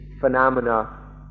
phenomena